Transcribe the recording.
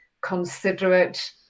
considerate